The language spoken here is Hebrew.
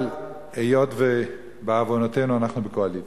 אבל היות שבעוונותינו אנחנו בקואליציה,